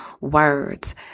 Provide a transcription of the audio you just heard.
words